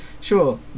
sure